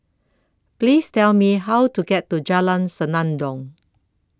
Please Tell Me How to get to Jalan Senandong